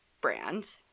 brand